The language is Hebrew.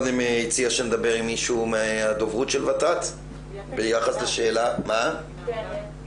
להסתייג מדבריי, כמובן שזה לגיטימי.